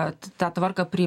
kad tą tvarką pri